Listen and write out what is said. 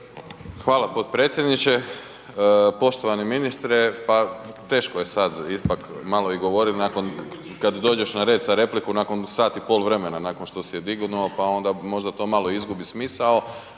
Hvala potpredsjedniče, poštovani ministre, pa teško je sad ipak malo i govorit o nekakvom, kad dođeš na red za repliku nakon sat i pol vremena, nakon što si je dignuo, pa onda možda to malo izgubi smisao,